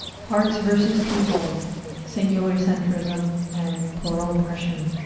parts versus people singular centrism and plural oppression,